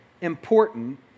important